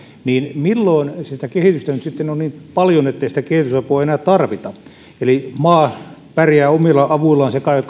niin milloin sitä kehitystä nyt sitten on niin paljon ettei sitä kehitysapua enää tarvita eli maa pärjää omilla avuillaan se kai